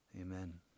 Amen